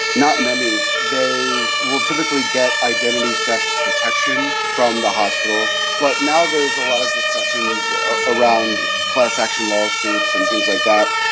not many. they will typically get identity theft protection from the hospital. but now there's a lot of discussions around class-action lawsuits and things like that.